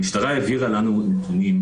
המשטרה העבירה לנו נתונים,